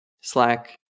Slack